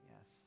yes